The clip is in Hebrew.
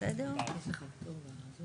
זו מצגת ארוכה.